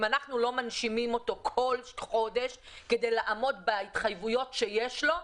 אם אנחנו לא מנשימים אותו כל חודש כדי לעמוד בהתחייבויות שיש לו,